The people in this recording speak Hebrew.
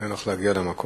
ניתן לך להגיע למקום.